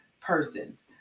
persons